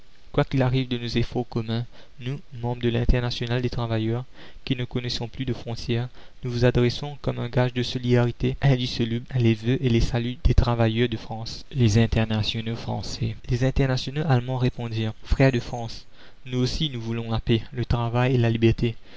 quoi qu'il arrive de nos efforts communs nous membres de l'internationale des travailleurs qui ne connaissons plus de frontières nous vous adressons comme un gage de solidarité indissoluble les vœux et les saluts des travailleurs de france les internationaux français les internationaux allemands répondirent frères de france nous aussi nous voulons la paix le travail et la liberté